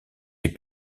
est